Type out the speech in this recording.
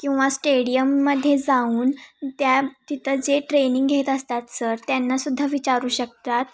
किंवा स्टेडियममध्ये जाऊन त्या तिथं जे ट्रेनिंग घेत असतात सर त्यांनासुद्धा विचारू शकतात